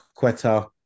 Quetta